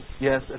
Yes